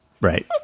Right